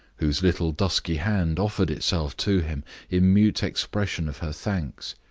whose little dusky hand offered itself to him in mute expression of her thanks,